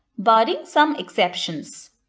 barring some exceptions.